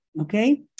Okay